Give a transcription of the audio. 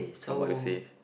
from what you say